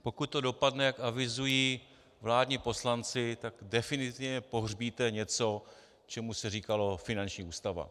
Pokud to dopadne, jak avizují vládní poslanci, tak definitivně pohřbíte něco, čemu se říkalo finanční ústava.